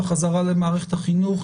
לחזרה למערכת החינוך.